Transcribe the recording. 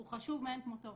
הוא חשוב מאין כמותו